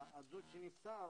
הדוד שנפטר,